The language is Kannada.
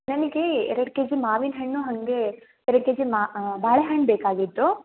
ನನಗೆ ಎರಡು ಕೆಜಿ ಮಾವಿನಹಣ್ಣು ಹಾಗೇ ಎರಡು ಕೆಜಿ ಮಾ ಬಾಳೆ ಹಣ್ಣು ಬೇಕಾಗಿತ್ತು